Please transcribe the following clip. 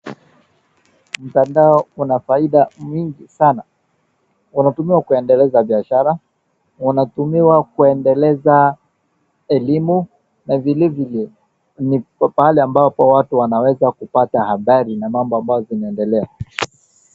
Mtandao una faida nyingi sana unatumiwa kuendeleza biashara, unatumiwa kuendeleza elimu na vile vile pahali ambapo watu wanaweza kuja kupata habari na mambo ambazo zinaendelea.